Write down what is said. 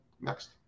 Next